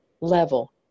level